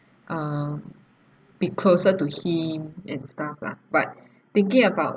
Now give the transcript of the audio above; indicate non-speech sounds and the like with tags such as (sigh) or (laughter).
um be closer to him and stuff lah but (breath) thinking about